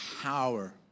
power